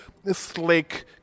Slick